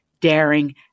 daring